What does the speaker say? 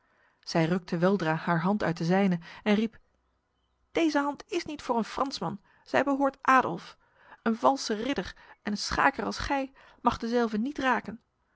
zij rukte weldra haar hand uit de zijne en riep deze hand is niet voor een fransman zij behoort adolf een valse ridder een schaker als gij mag dezelve niet raken